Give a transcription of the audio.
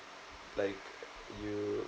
like you